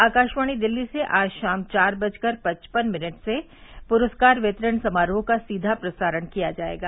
आकाशवाणी दिल्ली से आज शाम चार बजकर पचपन मिनट से पुरस्कार वितरण समारोह का सीधा प्रसारण किया जाएगा